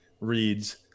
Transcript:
reads